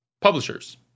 publishers